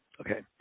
Okay